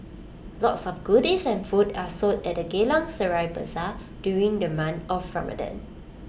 lots of goodies and food are sold at the Geylang Serai Bazaar during the month of Ramadan